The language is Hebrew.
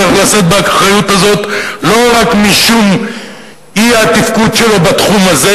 צריך לשאת באחריות הזאת לא רק משום אי-התפקוד שלו בתחום הזה,